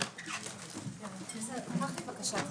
בשעה